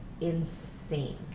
insane